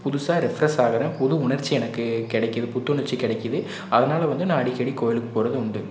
புதுசாக ரெஃபிரஷ் ஆகுறன் புது உணர்ச்சி எனக்கு கிடக்கிது புத்துணர்ச்சி கிடக்குது அதனால் வந்து நான் அடிக்கடி கோயிலுக்கு போகறது உண்டு